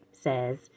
says